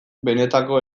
benetako